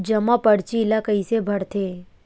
जमा परची ल कइसे भरथे?